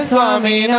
Swami